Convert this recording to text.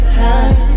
time